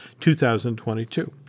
2022